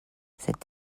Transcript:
cet